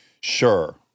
Sure